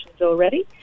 already